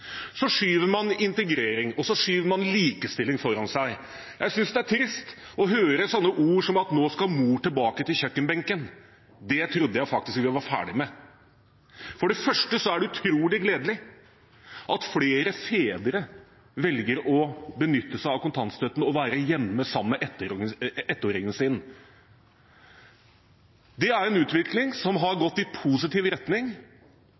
Så skyver man integrering og likestilling foran seg. Jeg synes det er trist å høre ord som «nå skal mor tilbake til kjøkkenbenken». Det trodde jeg faktisk vi var ferdig med. For det første er det utrolig gledelig at flere fedre velger å benytte seg av kontantstøtten og å være hjemme sammen med ettåringen sin. Det er en utvikling som har gått i positiv retning,